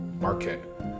market